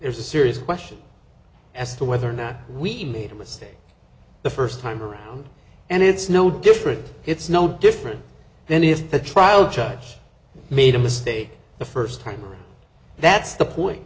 there's a serious question as to whether or not we made a mistake the first time around and it's no different it's no different then if the trial judge made a mistake the first time that's the point